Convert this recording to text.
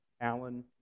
Alan